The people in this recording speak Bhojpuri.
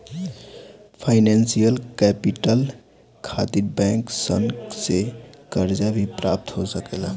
फाइनेंशियल कैपिटल खातिर बैंक सन से कर्जा भी प्राप्त हो सकेला